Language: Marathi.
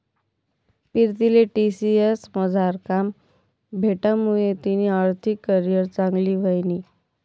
पीरतीले टी.सी.एस मझार काम भेटामुये तिनी आर्थिक करीयर चांगली व्हयनी